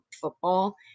football